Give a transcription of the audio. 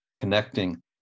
connecting